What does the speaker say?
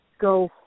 go